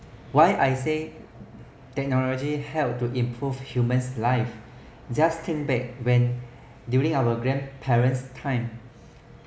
why I say technology help to improve human life just in back when during our grandparents' time